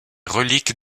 reliques